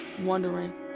wondering